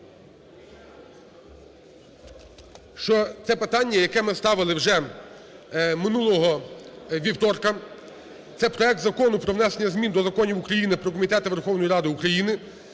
це питання, яке ми ставили вже минулого вівторка, це проект Закону про внесення змін до законів України "Про комітети Верховної Ради України",